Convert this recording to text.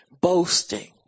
boasting